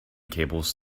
cables